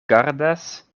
gardas